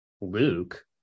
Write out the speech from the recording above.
Luke